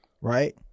Right